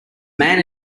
man